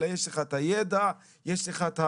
אלא יש לך את הידע ואת המוטיבציה.